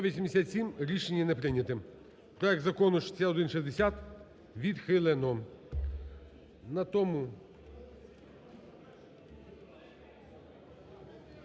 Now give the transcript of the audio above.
За-187 Рішення не прийнято. Проект закону 6160 відхилено.